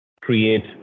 create